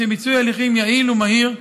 לשם מיצוי הליכים יעיל ומהיר,